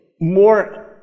more